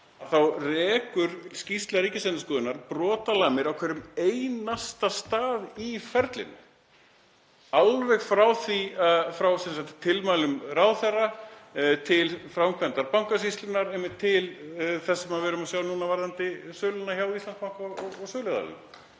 þá rekur skýrsla Ríkisendurskoðunar brotalamir á hverjum einasta stað í ferlinu, alveg frá tilmælum ráðherra til framkvæmdar Bankasýslunnar og til þess sem við erum að sjá núna varðandi söluna hjá Íslandsbanka og söluaðilum.